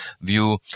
view